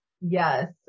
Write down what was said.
Yes